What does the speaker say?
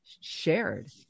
shared